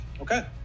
Okay